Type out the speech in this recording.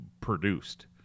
produced